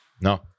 no